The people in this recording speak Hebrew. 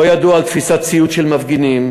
לא ידוע על תפיסת ציוד של מפגינים.